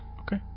Okay